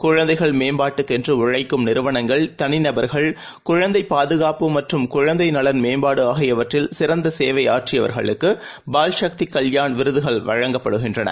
குழந்தைகள் மேம்பாட்டுக்கென்றுஉழைக்கும் நிறுவனங்கள் தனிநபர்கள் குழந்தைபாதுகாப்பு மற்றும் குழந்தைகள் நலன் மேம்பாடுஆகியவற்றில் சிறந்தசேவையாற்றியவர்களுக்குபெடளாயமவாமையடலயவேிருதுகள் வழங்கப்படுகின்றன